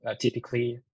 typically